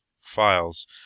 files